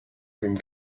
cream